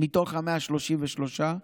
מתוך ה-133,